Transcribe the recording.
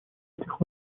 этих